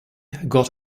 got